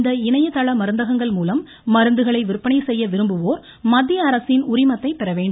இந்த இணையதள மருந்தகங்கள்மூலம் மருந்துகளை விந்பனை செய்ய விரும்புவோர் மத்தியஅரசின் உரிமத்தைப் பெறவேண்டும்